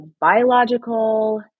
biological